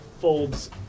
folds